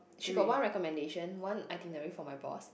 she got one recommendation one itinerary for my boss